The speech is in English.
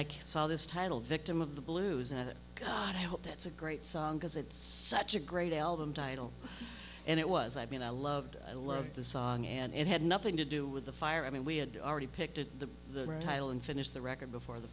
i saw this title victim of the blues in it god i hope that's a great song because it's such a great album title and it was i mean i loved i loved the song and it had nothing to do with the fire i mean we had already picked it to the title and finished the record before the